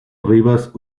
rivas